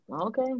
Okay